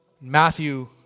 Matthew